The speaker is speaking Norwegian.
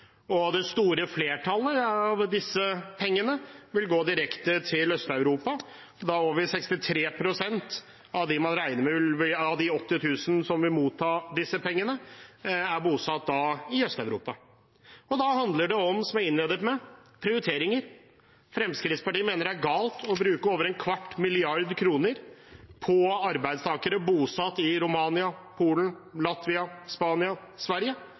Det store flertallet av disse pengene vil gå direkte til Øst-Europa – da over 63 pst. av de 80 000 man regner med vil motta disse pengene, er bosatt i Øst-Europa. Da handler det om, som jeg innledet med, prioriteringer. Fremskrittspartiet mener det er galt å bruke over en kvart milliard kroner på arbeidstakere bosatt i Romania, Polen, Latvia, Spania og Sverige.